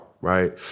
right